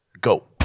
go